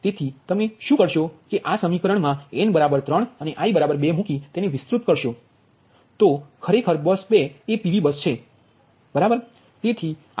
તેથી તમે તે શું કરશો કે આ સમીકરણમા n 3 અને i 2 મુકી વિસ્તૃત કરો છો ખરેખર બસ 2 તે PV બસ છે બરાબર